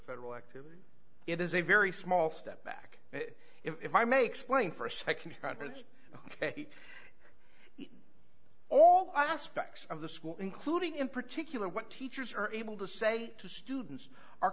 activity it is a very small step back if i may explain for a nd all aspects of the school including in particular what teachers are able to say to students are